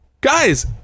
Guys